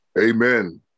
Amen